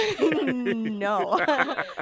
No